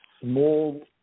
Small